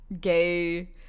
gay